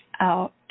Out